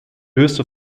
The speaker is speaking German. höchste